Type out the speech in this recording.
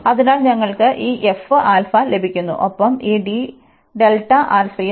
അതിനാൽ ഞങ്ങൾക്ക് ഈ f ആൽഫ ലഭിക്കുന്നു ഒപ്പം ഈ d ഡെൽറ്റ ആൽഫയും ഉണ്ടാകും